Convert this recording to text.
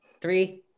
Three